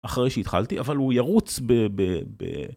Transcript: אחרי שהתחלתי, אבל הוא ירוץ ב...